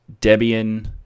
Debian